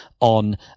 on